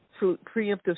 preemptive